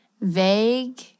vague